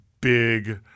big